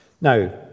Now